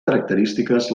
característiques